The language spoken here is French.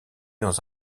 dans